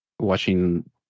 Watching